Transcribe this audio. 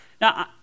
Now